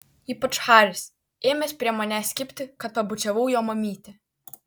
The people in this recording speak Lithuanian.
ypač haris ėmęs prie manęs kibti kad pabučiavau jo mamytę